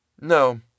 No